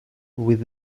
with